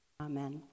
Amen